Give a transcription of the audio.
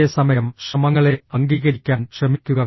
അതേസമയം ശ്രമങ്ങളെ അംഗീകരിക്കാൻ ശ്രമിക്കുക